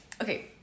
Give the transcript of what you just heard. Okay